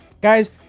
Guys